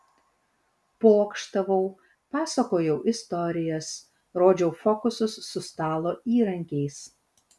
pokštavau pasakojau istorijas rodžiau fokusus su stalo įrankiais